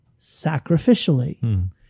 sacrificially